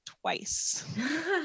twice